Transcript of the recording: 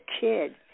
kid